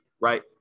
right